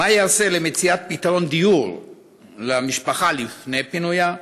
1. מה ייעשה למציאת פתרון דיור למשפחה לפני פינויה?